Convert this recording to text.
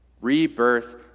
Rebirth